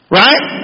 right